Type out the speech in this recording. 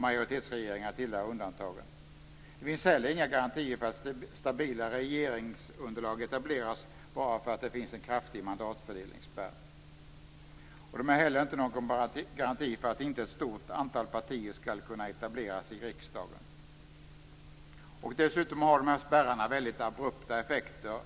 Majoritetsregeringar tillhör undantagen. Det finns heller inga garantier för att stabila regeringsunderlag etableras bara för att det finns en kraftig mandatfördelningsspärr. Sådana är heller inte någon garanti för att inte ett stort antal partier skall kunna etableras i riksdagen. Dessa spärrar har dessutom väldigt abrupta effekter.